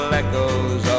echoes